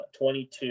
22